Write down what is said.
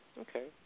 Okay